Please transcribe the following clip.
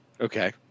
Okay